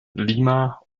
lima